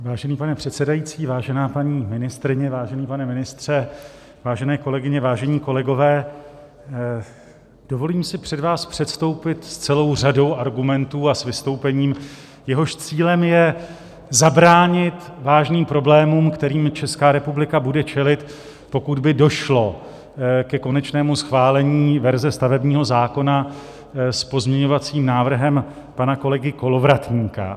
Vážený pane předsedající, vážená paní ministryně, vážený pane ministře, vážené kolegyně, vážení kolegové, dovolím si před vás předstoupit s celou řadou argumentů a s vystoupením, jehož cílem je zabránit vážným problémům, kterým Česká republika bude čelit, pokud by došlo ke konečnému schválení verze stavebního zákona s pozměňovacím návrhem pana kolegy Kolovratníka.